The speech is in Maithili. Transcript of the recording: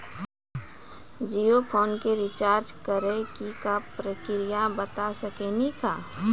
जियो फोन के रिचार्ज करे के का प्रक्रिया बता साकिनी का?